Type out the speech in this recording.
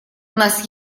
нас